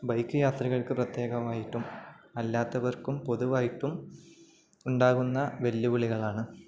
bike യാത്രികര്ക്കു പ്രത്യേകമായിട്ടും അല്ലാത്തവർക്കും പൊതുവായിട്ടും ഉണ്ടാകുന്ന വെല്ലുവിളികളാണ്